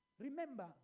Remember